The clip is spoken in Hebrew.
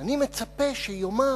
אני מצפה שיאמר,